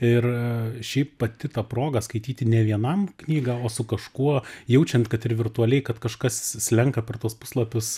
ir šiaip pati ta proga skaityti ne vienam knygą o su kažkuo jaučiant kad ir virtualiai kad kažkas slenka per tuos puslapius